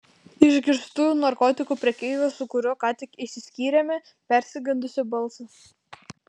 išgirstu narkotikų prekeivio su kuriuo ką tik išsiskyrėme persigandusį balsą